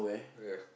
ya